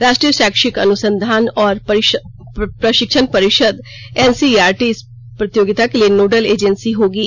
राष्ट्रीय शैक्षिक अनुसंधान और प्रशिक्षण परिषद एनसीइआरटी इस प्रतियोगिता के लिए नोडल एजेंसी गोगी